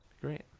Great